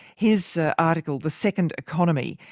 his article, the second economy,